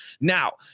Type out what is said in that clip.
Now